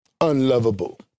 Unlovable